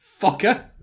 fucker